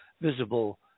visible